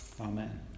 Amen